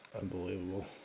Unbelievable